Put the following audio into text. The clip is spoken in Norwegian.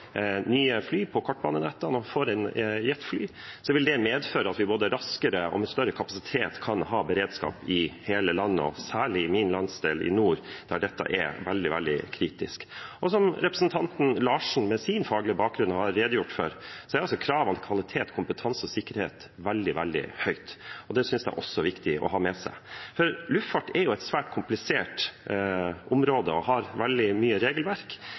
nye fly på kortbanenettene og får inn jetfly, vil det medføre at vi både raskere og med større kapasitet kan ha beredskap i hele landet, og særlig i min landsdel i nord, der dette er veldig, veldig kritisk. Som representanten Larsen, med sin faglige bakgrunn, har redegjort for, er kravet om kvalitet, kompetanse og sikkerhet veldig høyt, og det synes jeg også det er viktig å ha med seg. Luftfart er et svært komplisert område og har veldig mye regelverk.